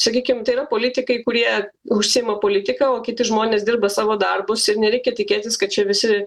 sakykim tai yra politikai kurie užsiima politika o kiti žmonės dirba savo darbus ir nereikia tikėtis kad čia visi